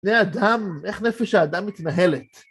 זה אדם, איך נפש האדם מתנהלת.